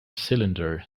cylinder